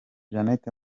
janet